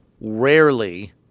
rarely